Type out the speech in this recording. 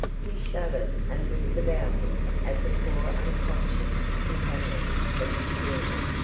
he shuddered and looked about him at the poor unconscious companions of his journey,